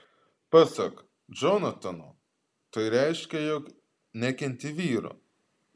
pasak džonatano tai reiškia jog nekenti vyrų